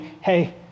hey